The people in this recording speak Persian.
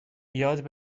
یاد